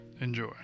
enjoy